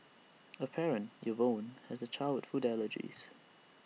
A parent Yvonne has A child with food allergies